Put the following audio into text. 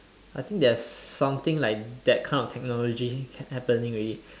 I think there is something like that kind of technology happening already